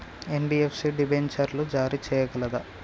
NBFC డిబెంచర్లు జారీ చేయగలదా?